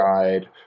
guide